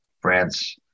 France